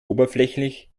oberflächlich